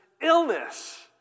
illness